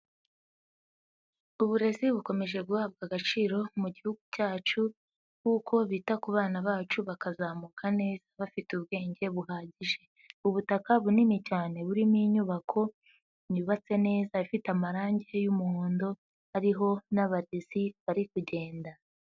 Uburezi bukomeje guhabwa agaciro mu gihugu cyacu, kuko bita ku bana bacu bakazamuka neza bafite ubwenge buhagije. Ubutaka bunini cyane burimo inyubako yubatse neza ,ifite amarangi y'umuhondo ariho n'abarezi bari kugenda.